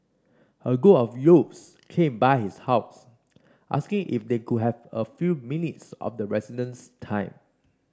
a group of youths came by his house asking if they could have a few minutes of the resident's time